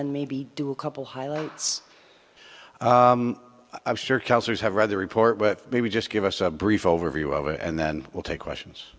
then maybe do a couple highlights i'm sure counselors have read the report but maybe just give us a brief overview of it and then we'll take questions